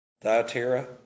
Thyatira